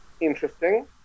interesting